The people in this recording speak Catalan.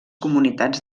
comunitats